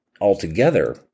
altogether